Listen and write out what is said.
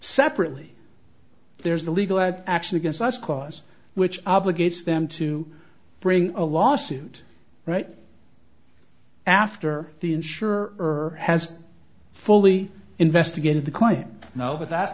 separately there's the legal action against us clause which obligates them to bring a lawsuit right after the insurer has fully investigated the quite now but that's